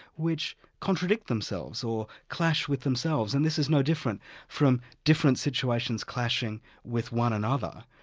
which contradict themselves or clash with themselves, and this is no different from different situations clashing with one another.